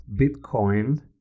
Bitcoin